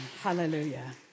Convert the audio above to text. Hallelujah